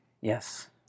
Yes